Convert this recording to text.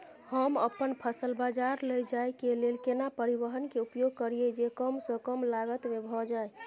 हम अपन फसल बाजार लैय जाय के लेल केना परिवहन के उपयोग करिये जे कम स कम लागत में भ जाय?